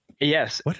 Yes